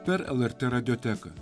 per lrt radioteką